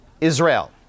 Israel